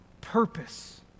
purpose